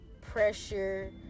pressure